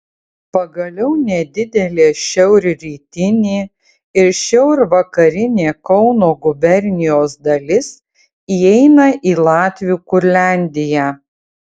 pagaliau nedidelė šiaurrytinė ir šiaurvakarinė kauno gubernijos dalis įeina į latvių kurliandiją